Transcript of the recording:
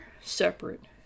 separate